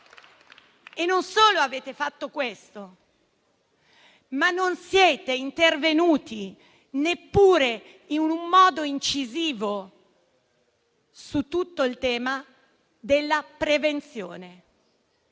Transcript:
Non solo avete fatto questo, ma non siete neppure intervenuti in modo incisivo su tutto il tema della prevenzione.